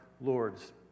lords